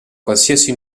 qualsiasi